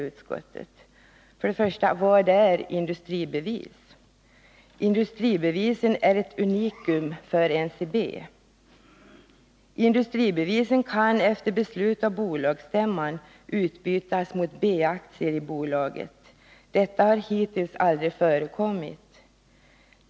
Vad är, till att börja med, industribevis? Industribevisen är ett unikum för NCB. Industribevisen kan efter beslut av bolagsstämman utbytas mot B-aktier i bolaget. Detta har hittills aldrig förekommit.